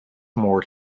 more